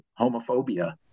homophobia